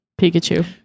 pikachu